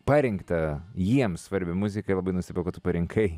parinktą jiems svarbią muziką ir labai nustebau kad tu parinkai